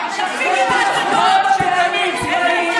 איזה הצגות יש לך.